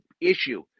issue